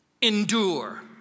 endure